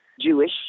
Jewish